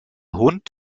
hund